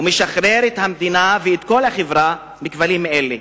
ומשחרר את המדינה ואת כל החברה מכבלים אלה.